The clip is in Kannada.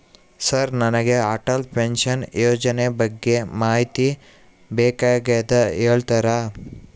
ಸರ್ ನನಗೆ ಅಟಲ್ ಪೆನ್ಶನ್ ಯೋಜನೆ ಬಗ್ಗೆ ಮಾಹಿತಿ ಬೇಕಾಗ್ಯದ ಹೇಳ್ತೇರಾ?